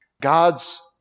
God's